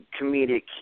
comedic